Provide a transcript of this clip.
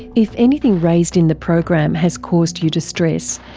if anything raised in the program has caused you distress,